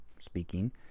speaking